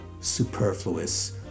superfluous